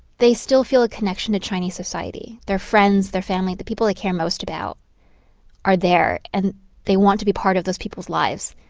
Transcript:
they still feel a connection to chinese society. their friends, their family, the people they care most about are there, and they want to be part of those people's lives.